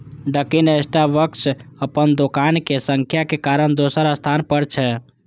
Dunkin Starbucks अपन दोकानक संख्या के कारण दोसर स्थान पर छै